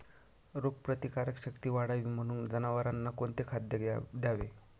रोगप्रतिकारक शक्ती वाढावी म्हणून जनावरांना कोणते खाद्य द्यावे?